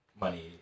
money